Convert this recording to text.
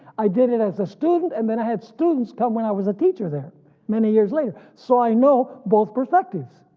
i did it as a student and then i had students come when i was a teacher there many years later. so i know both perspectives.